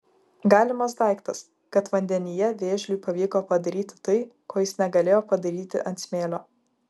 galimas daiktas kad vandenyje vėžliui pavyko padaryti tai ko jis negalėjo padaryti ant smėlio